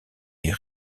est